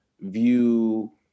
view